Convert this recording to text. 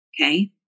Okay